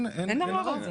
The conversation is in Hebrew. להיתר.